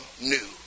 new